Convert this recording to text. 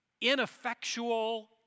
ineffectual